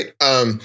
right